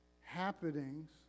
happenings